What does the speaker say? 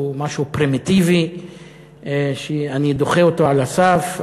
זה משהו פרימיטיבי שאני דוחה אותו על הסף.